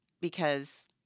because-